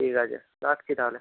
ঠিক আছে রাখছি তাহলে